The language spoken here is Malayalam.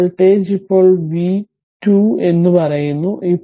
ഈ വോൾട്ടേജ് ഇപ്പോൾ v 2 എന്ന് പറയുന്നു